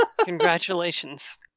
Congratulations